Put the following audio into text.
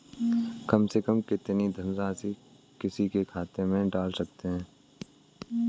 कम से कम कितनी धनराशि किसी के खाते में डाल सकते हैं?